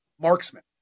marksman